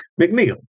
McNeil